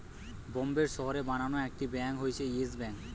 বোম্বের শহরে বানানো একটি ব্যাঙ্ক হচ্ছে ইয়েস ব্যাঙ্ক